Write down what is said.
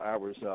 hours